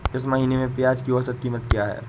इस महीने में प्याज की औसत कीमत क्या है?